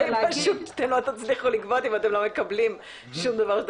אתם לא תצליחו לגבות אם אתם לא מקבלים שום דבר.